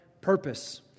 purpose